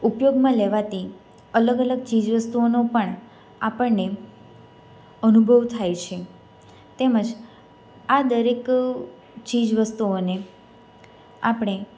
ઉપયોગમાં લેવાતી અલગ અલગ ચીજવસ્તુઓનો પણ આપણને અનુભવ થાય છે તેમજ આ દરેક ચીજ વસ્તુઓને આપણે